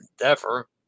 endeavor